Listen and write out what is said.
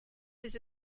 his